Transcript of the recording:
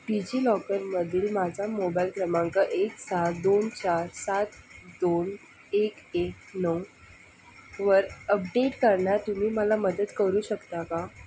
digi लॉकरमधील माझा mobile क्रमांक एक सहा दोन चार सात दोन एक एक नऊ वर अपडेट करण्यात तुम्ही मला मदत करू शकता का